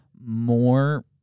more